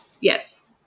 Yes